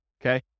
Okay